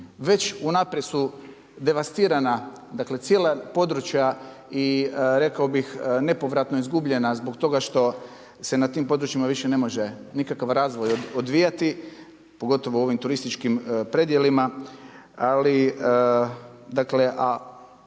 Već unaprijed su devastirana cijela područja i rekao bih nepovratno izgubljena zbog toga što se na tim područjima više ne može nikakav razvoj odvijati, pogotovo u ovim turističkim predjelima, ali jedinice